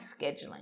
scheduling